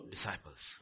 Disciples